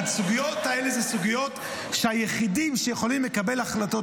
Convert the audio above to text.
הסוגיות האלה הן סוגיות שהיחידים שיכולים לקבל החלטות